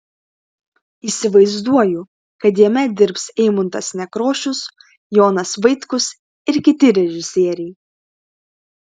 įsivaizduoju kad jame dirbs eimuntas nekrošius jonas vaitkus ir kiti režisieriai